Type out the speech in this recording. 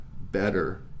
better